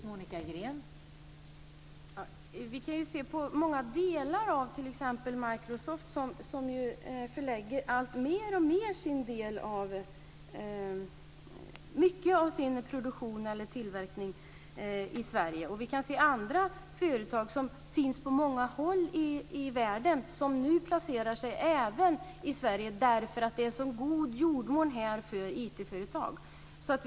Fru talman! Vi kan se att många delar av t.ex. Microsoft förlägger alltmer av sin produktion eller tillverkning i Sverige. Vi kan se andra företag som finns på många håll i världen som nu placerar sig även i Sverige därför att det är en så god jordmån för IT-företag här.